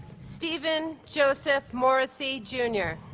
stephen joseph morrissey jr.